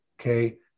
okay